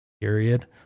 period